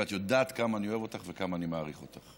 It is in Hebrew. ואת יודעת כמה אני אוהב אותך וכמה אני מעריך אותך,